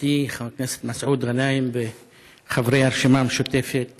עמיתי חבר הכנסת מסעוד גנאים וחברי הרשימה המשותפת